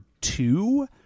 two